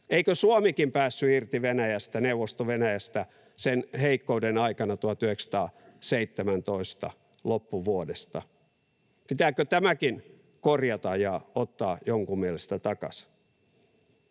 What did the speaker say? Eikö Suomikin päässyt irti Venäjästä, Neuvosto-Venäjästä, sen heikkouden aikana loppuvuodesta 1917? Pitääkö tämäkin korjata ja ottaa jonkun mielestä takaisin?